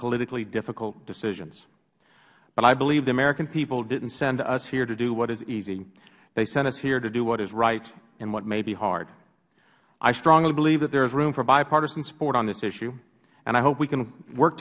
politically difficult decisions but i believe the american people didnt send us here to do what is easy they sent us here to do what is right and what may be hard i strongly believe that there is room for bipartisan support on this issue and i hope we can work